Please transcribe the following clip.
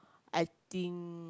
I think